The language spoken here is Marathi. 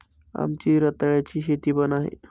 आमची रताळ्याची शेती पण आहे